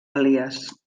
elies